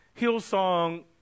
Hillsong